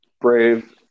brave